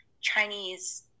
Chinese